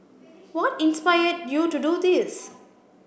what inspired you to do this